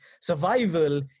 survival